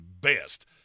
best